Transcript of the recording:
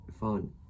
phone